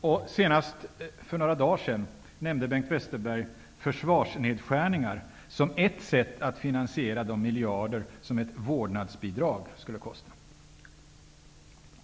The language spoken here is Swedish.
Och senast för några dagar sedan nämnde Bengt Westerberg försvarsnedskärningar som ett sätt att finansiera de miljarder som ett vårdnadsbidrag skulle kosta.